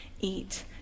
eat